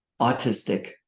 autistic